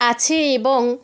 আছে এবং